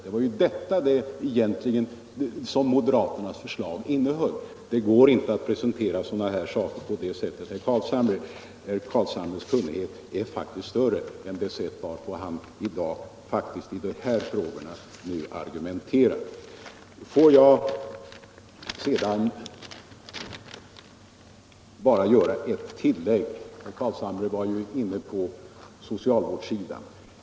Det var den verkliga innebörden av moderaternas förslag. Det går inte att presentera sådana saker på det sättet, herr Carlshamre. Herr Carlshamres kunnighet är faktiskt större än vad som framgår av det sätt på vilket han i dag argumenterar i dessa frågor. Får jag sedan göra ett tillägg. Herr Carlshamre var också inne på socialvårdsområdet.